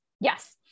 Yes